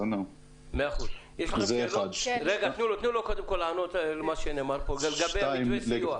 אנא השב לגבי מתווה הסיוע.